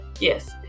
yes